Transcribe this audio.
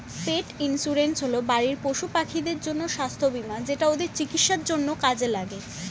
পেট insurance হল বাড়ির পশুপাখিদের জন্য স্বাস্থ্য বীমা যেটা ওদের চিকিৎসার জন্য কাজে লাগে